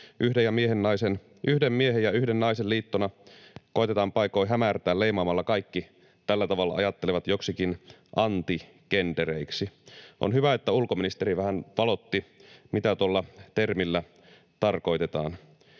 yhden miehen ja yhden naisen liittona koetetaan paikoin hämärtää leimaamalla kaikki tällä tavalla ajattelevat joiksikin anti-gendereiksi. On hyvä, että ulkoministeri vähän valotti sitä, mitä tuolla termillä tarkoitetaan.